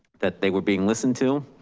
that they were being listened to